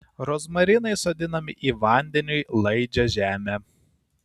rozmarinai sodinami į vandeniui laidžią žemę